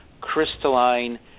crystalline